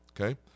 Okay